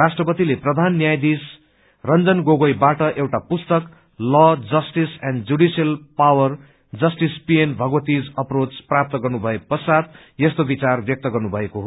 राष्ट्रपतिले प्रधान न्यायधीश रंजन गोगोई बाट एउटा पुस्तक law justice and judicial power justice PN Bhagwati's approach प्राप्त गर्नुभए पश्चात यस्तो विार व्यक्त गर्नुभएको हो